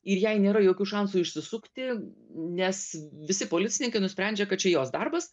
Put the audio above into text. ir jai nėra jokių šansų išsisukti nes visi policininkai nusprendžia kad čia jos darbas